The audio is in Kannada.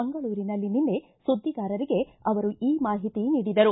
ಮಂಗಳೂರಿನಲ್ಲಿ ನಿನ್ನೆ ಸುದ್ದಿಗಾರರಿಗೆ ಅವರು ಈ ಮಾಹಿತಿ ನೀಡಿದರು